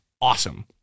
awesome